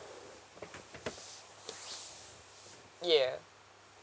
ya